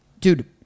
dude